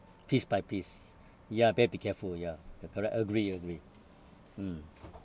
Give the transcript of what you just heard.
piece by piece ya better be careful ya you're correct agree agree mm